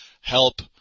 help